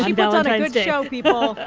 you know and a good show, people